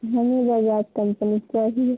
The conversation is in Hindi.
हमें बजाज कम्पनी चाहिए